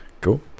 Cool